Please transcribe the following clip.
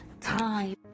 Time